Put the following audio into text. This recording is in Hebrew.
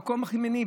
המקום הכי מניב.